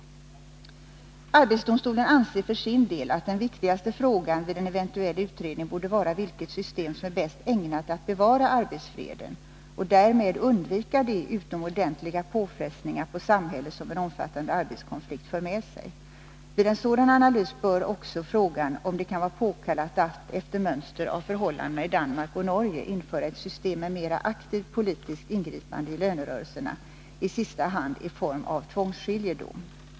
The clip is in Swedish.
Arbetsdomstolen anser för sin del att den viktigaste frågan vid en eventuell utredning borde vara vilket system som är bäst ägnat att bevara arbetsfreden och därmed undvika de utomordentliga påfrestningar på samhället som en omfattande arbetskonflikt för med sig. Vid en sådan analys bör man också studera frågan, om det kan vara påkallat att — efter mönster av förhållandena i Danmark och Norge - införa ett system med mera aktivt politiskt ingripande i lönerörelserna, i sista hand i form av tvångsskiljedom.